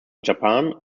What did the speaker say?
japan